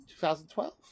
2012